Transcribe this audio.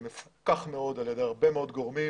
זה מפוקח מאוד על ידי הרבה מאוד גורמים.